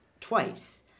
twice